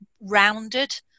rounded